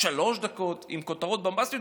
שלוש דקות עם כותרות בומבסטיות,